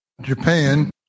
Japan